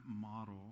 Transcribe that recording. model